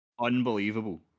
unbelievable